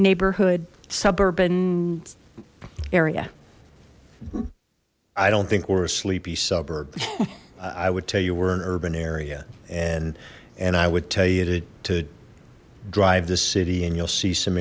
neighborhood suburban area i don't think we're a sleepy suburb i would tell you we're an urban area and and i would tell you to drive the city and you'll see some